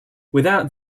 without